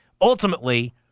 Ultimately